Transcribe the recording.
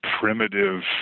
primitive